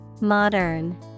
Modern